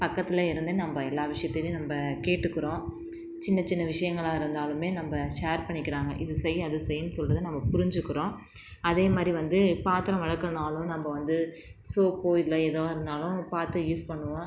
பக்கத்தில் இருந்து நம்ம எல்லா விஷயத்திலியும் நம்ம கேட்டுக்குறோம் சின்னச் சின்ன விஷயங்களா இருந்தாலுமே நம்ம ஷேர் பண்ணிக்கிறாங்க இது செய் அது செய்னு சொல்கிறத நம்ம புரிஞ்சிக்கிறோம் அதேமாதிரி வந்து பாத்திரம் விளக்கணுன்னாலும் நம்ம வந்து சோப்போ இல்லை எதுவாக இருந்தாலும் பார்த்து யூஸ் பண்ணுவோம்